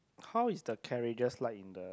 how is the carriages like in the